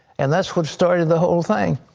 and that's what started the whole thing.